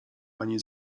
ani